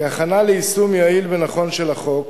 1. כהכנה ליישום יעיל ונכון של החוק